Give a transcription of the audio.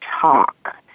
talk